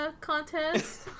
contest